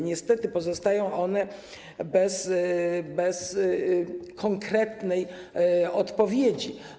Niestety, pozostają one bez konkretnej odpowiedzi.